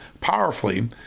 powerfully